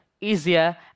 easier